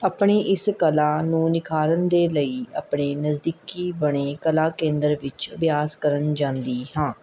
ਆਪਣੀ ਇਸ ਕਲਾ ਨੂੰ ਨਿਖਾਰਨ ਦੇ ਲਈ ਆਪਣੇ ਨਜ਼ਦੀਕੀ ਬਣੇ ਕਲਾ ਕੇਂਦਰ ਵਿੱਚ ਅਭਿਆਸ ਕਰਨ ਜਾਂਦੀ ਹਾਂ